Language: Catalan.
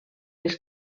les